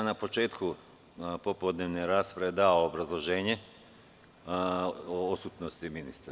Na početku popodnevne rasprave sam dao obrazloženje o odsutnosti ministra.